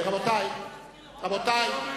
אנחנו לא